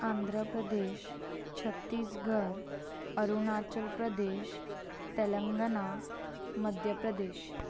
Andhra Pradesh Chhattisgarh Arunachal Pradesh Telangana Madhya Pradesh